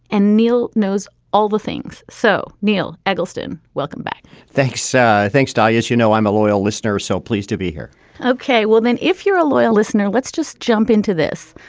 and neil knows all the things. so, neil eggleston, welcome back thanks. yeah thanks to you. as you know, i'm a loyal listener. so pleased to be here ok, well, then, if you're a loyal listener, let's just jump into this.